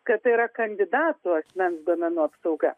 kad tai yra kandidatų asmens duomenų apsauga